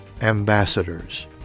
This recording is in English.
ambassadors